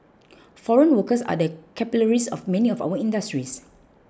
foreign workers are the capillaries of many of our industries